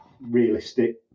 realistic